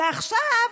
ועכשיו,